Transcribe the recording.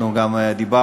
אנחנו גם דיברנו,